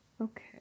Okay